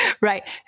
Right